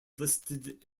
listed